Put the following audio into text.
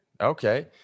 okay